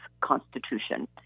constitution